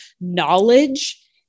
knowledge